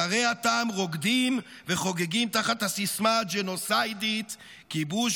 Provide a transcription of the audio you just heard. סרי הטעם רוקדים וחוגגים תחת הסיסמה הג'נוסיידית "כיבוש,